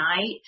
night